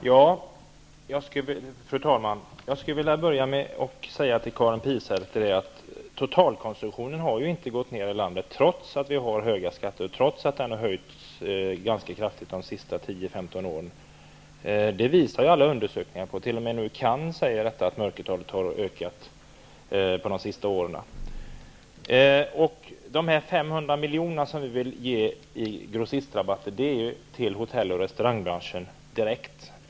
Fru talman! Jag skulle vilja börja med att säga till Karin Pilsäter att totalkonsumtionen i landet inte har gått ner, trots att vi har höga alkoholskatter och trots att de skatterna har höjts ganska kraftigt de senaste 10--15 åren. Det visar alla undersökningar. T.o.m. CAN säger nu att mörkertalet har ökat de senaste åren. De 500 miljonerna vi vill ge i grossistrabatter vill vi skall gå till hotell och restaurangbranschen direkt.